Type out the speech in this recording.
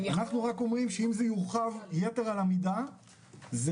אנחנו רק אומרים שאם זה יורחב יתר על המידה זה,